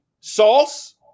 Sauce